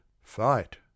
Fight